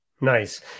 Nice